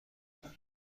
ندارم